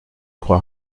crois